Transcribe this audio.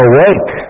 Awake